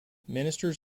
ministers